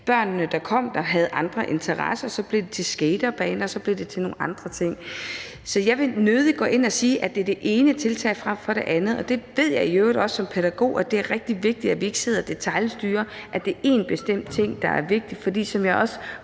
børnene, der kom der, havde andre interesser. Så blev det til skatebaner, og så blev det til nogle andre ting. Så jeg vil nødig gå ind at sige, at det skal være det ene tiltag frem for det andet. Jeg ved i øvrigt også som pædagog, at det er rigtig vigtigt, at vi ikke sidder og detailstyrer, at det er én bestemt ting, der er vigtig, for, som jeg også